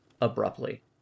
abruptly